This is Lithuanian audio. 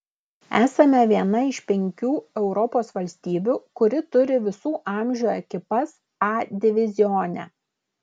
esame viena iš penkių europos valstybių kuri turi visų amžių ekipas a divizione